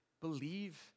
believe